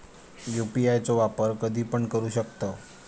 UPI चो वापर कधीपण करू शकतव?